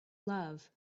love